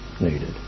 needed